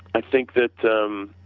i think that um